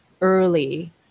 early